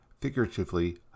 figuratively